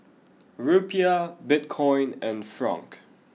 Rupiah Bitcoin and Franc